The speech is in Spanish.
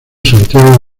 santiago